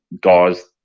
guys